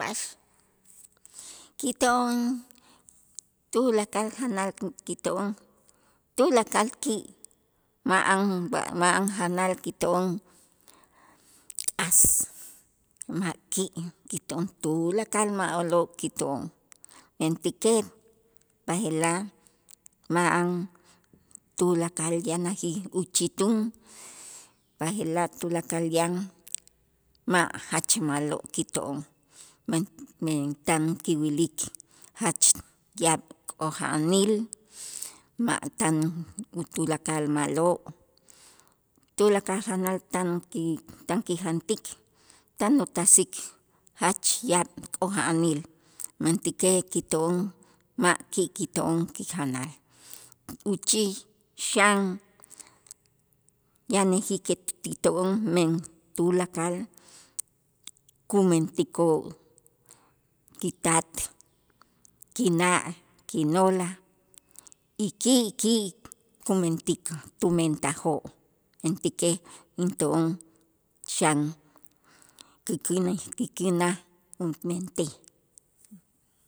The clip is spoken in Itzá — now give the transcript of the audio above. B'a'ax kito'on tulakal janal kito'on tulakal ki', ma'an kito'on k'as ma' ki' kito'on tulakal ma'lo' kito'on, mentäkej b'aje'laj ma'an tulakal yanajij uchitun b'aje'laj tulakal yan ma' jach ma'lo' kito'on, men men tan kiwilik jach yaab' k'oja'anil ma' tan u tulakal ma'lo', tulakal janal tan ki tan kijantik tan utasik jach yaab' k'oja'anil, mentäkej kito'on ma' ki' ki' kito'on kijanal uchij xan yanajij ket ti to'on men tulakal kumentikoo' kitat, kina', kinoolaj y ki' ki' kumentik tumentajoo', mentäkej into'on xan käkänej kikinaj umentej.